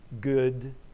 good